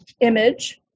image